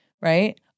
Right